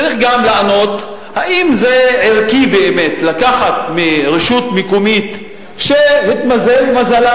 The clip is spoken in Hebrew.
צריך גם לענות אם זה ערכי באמת לקחת מרשות מקומית שהתמזל מזלה,